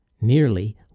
nearly